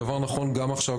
הדבר נכון גם עכשיו,